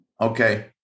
Okay